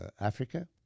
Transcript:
Africa